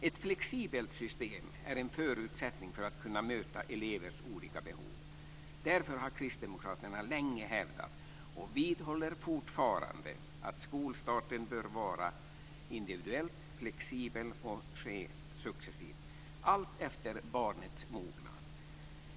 Ett flexibelt system är en förutsättning för att kunna möta elevers olika behov. Därför har kristdemokraterna länge hävdat, och vidhåller fortfarande, att skolstarten bör vara individuell och flexibel och ske successivt alltefter barnets mognad.